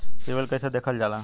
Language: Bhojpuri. सिविल कैसे देखल जाला?